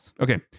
Okay